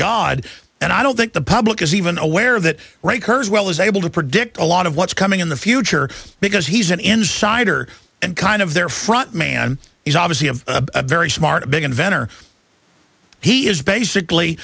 god and i don't think the public is even aware of that right her as well as able to predict a lot of what's coming in the future because he's an insider and kind of their front man he's obviously a very smart a big inventor he is basically